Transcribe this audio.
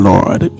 Lord